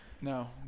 No